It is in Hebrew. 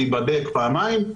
להיבדק פעמיים,